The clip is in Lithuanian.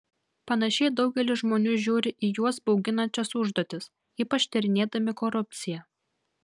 panašiai daugelis žmonių žiūri į juos bauginančias užduotis ypač tyrinėdami korupciją